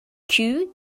queue